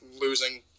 losing